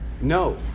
No